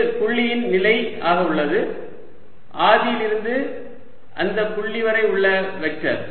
இது புள்ளியின் நிலை ஆக இருக்கிறது ஆதியிலிருந்து அந்த புள்ளி வரை உள்ள வெக்டர்